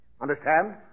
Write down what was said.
Understand